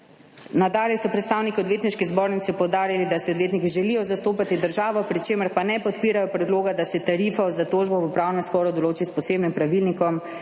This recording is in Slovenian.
Nadalje so predstavniki Odvetniške zbornice poudarili, da si odvetniki želijo zastopati državo, pri čemer pa ne podpirajo predloga, da se tarifo za tožbo v upravnem sporu določi s posebnim pravilnikom